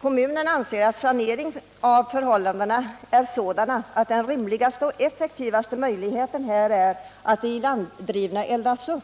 Kommunen anser att förhållandena är sådana att den rimligaste och effektivaste möjligheten till sanering här är att det ilanddrivna eldas upp.